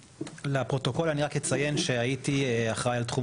לפרוטוקול אני רק אציין שהייתי אחראי על תחום